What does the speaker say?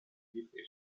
difesa